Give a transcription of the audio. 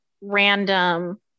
random